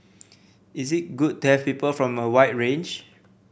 is it good to have people from a wide range